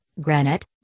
granite